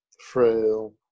frail